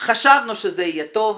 חשבנו שזה יהיה טוב,